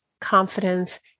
confidence